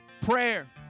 Prayer